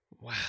wow